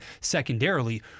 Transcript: secondarily